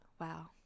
Wow